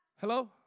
Hello